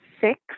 six